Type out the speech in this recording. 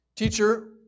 Teacher